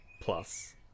Plus